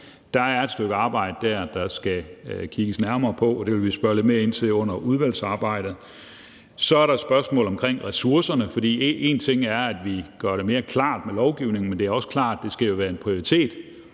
Der er et stykke arbejde der, der skal kigges nærmere på, og det vil vi spørge lidt mere ind til under udvalgsarbejdet. Så er der et spørgsmål om ressourcerne, for en ting er, at vi gør det mere klart med lovgivningen, men det er også klart, at det skal være en prioritet